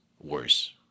worse